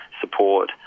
support